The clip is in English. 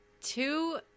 two